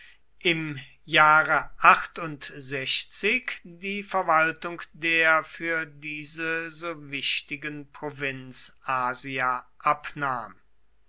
im jahre die verwaltung der für diese so wichtigen provinz asia abnahm